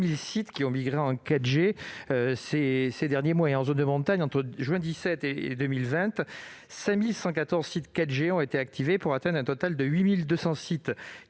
sites ont migré en 4G ces derniers mois. En zone de montagne, entre juin 2017 et 2020, 5 114 sites 4G ont été activés pour atteindre un total de 8 200 sites 4G